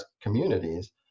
communities